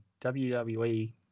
WWE